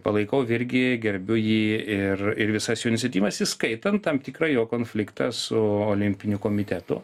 palaikau virgį gerbiu jį ir ir visas jo iniciatyvas įskaitant tam tikrą jo konfliktą su olimpiniu komitetu